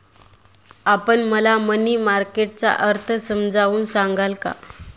आपण मला money market चा अर्थ समजावून सांगाल का?